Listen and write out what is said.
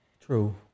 True